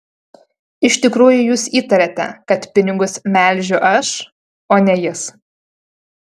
iš tikrųjų jūs įtariate kad pinigus melžiu aš o ne jis